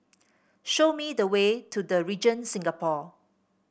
show me the way to The Regent Singapore